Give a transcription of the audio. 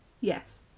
Yes